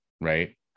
Right